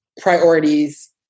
priorities